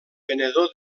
venedor